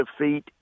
defeat